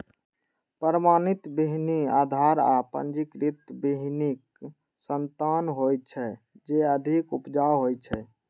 प्रमाणित बीहनि आधार आ पंजीकृत बीहनिक संतान होइ छै, जे अधिक उपजाऊ होइ छै